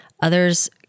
Others